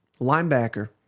linebacker